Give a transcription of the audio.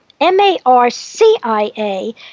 M-A-R-C-I-A